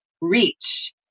Reach